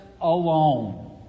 alone